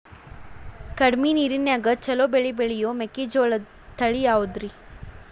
ಕಡಮಿ ನೇರಿನ್ಯಾಗಾ ಛಲೋ ಬೆಳಿ ಬೆಳಿಯೋ ಮೆಕ್ಕಿಜೋಳ ತಳಿ ಯಾವುದ್ರೇ?